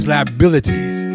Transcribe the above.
Liabilities